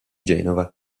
genova